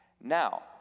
Now